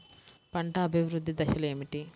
పంట అభివృద్ధి దశలు ఏమిటి?